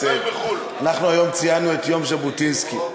אנחנו היום ציינו את יום ז'בוטינסקי,